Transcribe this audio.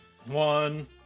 One